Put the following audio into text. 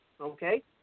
Okay